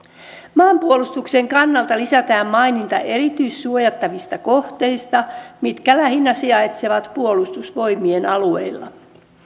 maanpuolustuksen kannalta lisätään maininta erityissuojattavista kohteista mitkä lähinnä sijaitsevat puolustusvoimien alueilla